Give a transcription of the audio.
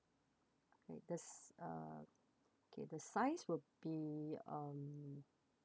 okay this uh okay the size will be um